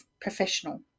professional